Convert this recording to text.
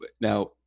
now